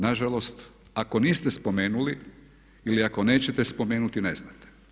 Na žalost ako niste spomenuli ili ako nećete spomenuti ne znate.